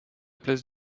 place